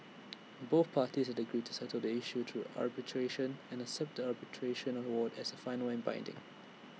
both parties had agreed to settle the issue through arbitration and accept the arbitration award as final and binding